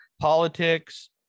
Politics